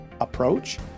approach